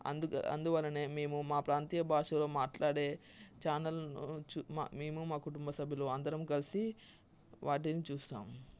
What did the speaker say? అందుక అందువల్లనే మేము మా ప్రాంతీయ భాషలో మాట్లాడే ఛానల్ను చూ మేము మా కుటుంబ సభ్యులము అందరం కలిసి వాటిని చూస్తాం